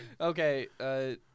Okay